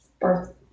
birth